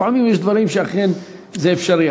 לפעמים יש דברים שאכן זה אפשרי,